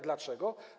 Dlaczego?